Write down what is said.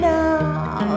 now